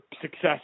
success